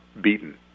beaten